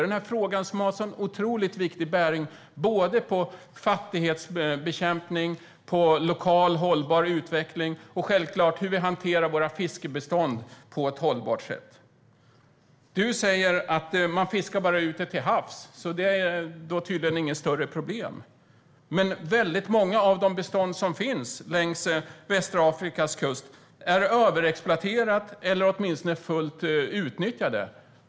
Den här frågan har en otroligt viktig bäring på fattigdomsbekämpning, lokal hållbar utveckling och självklart på hur vi hanterar våra fiskebestånd på ett hållbart sätt. Du säger att man bara fiskar ute till havs. Det är tydligen inte något större problem. Men väldigt många av de bestånd som finns längs Västafrikas kust är överexploaterade eller åtminstone fullt utnyttjade.